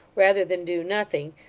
rather than do nothing,